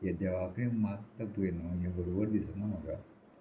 हे देवाक कडेन मागता पळय न्हू हें बरोबर दिसना म्हाका